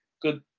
good